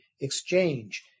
exchange